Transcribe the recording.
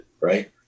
right